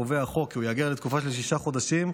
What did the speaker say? החוק קובע כי הוא ייאגר לתקופה של שישה חודשים,